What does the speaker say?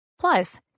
plus